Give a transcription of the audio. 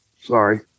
Sorry